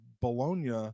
Bologna